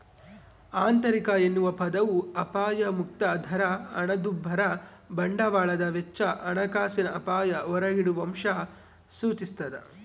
ಆಂತರಿಕ ಎನ್ನುವ ಪದವು ಅಪಾಯಮುಕ್ತ ದರ ಹಣದುಬ್ಬರ ಬಂಡವಾಳದ ವೆಚ್ಚ ಹಣಕಾಸಿನ ಅಪಾಯ ಹೊರಗಿಡುವಅಂಶ ಸೂಚಿಸ್ತಾದ